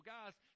Guys